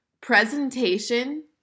Presentation